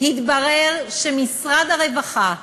התברר שמשרד הרווחה דורש,